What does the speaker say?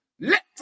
Let